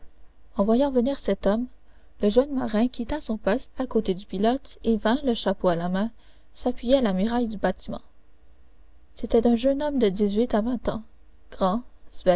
en voyant venir cet homme le jeune marin quitta son poste à côté du pilote et vint le chapeau à la main s'appuyer à la muraille du bâtiment c'était un jeune homme de dix-huit à vingt ans